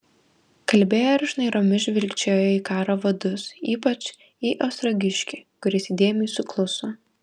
kalbėjo ir šnairomis žvilgčiojo į karo vadus ypač į ostrogiškį kuris įdėmiai sukluso